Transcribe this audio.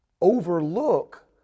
overlook